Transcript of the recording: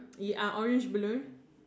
you are orange blue